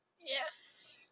Yes